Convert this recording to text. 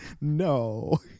No